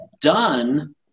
done